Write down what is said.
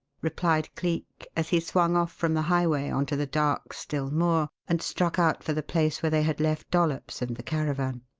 replied cleek, as he swung off from the highway on to the dark, still moor and struck out for the place where they had left dollops and the caravan.